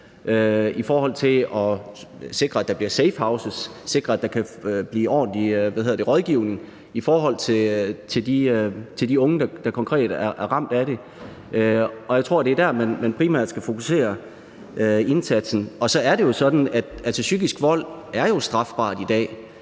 i forhold til at sikre, at der kan blive tilbudt ordentlig rådgivning til de unge, der konkret er ramt af det. Jeg tror, det er der, man primært skal fokusere indsatsen. Og så er det jo sådan, at psykisk vold jo er strafbart i dag,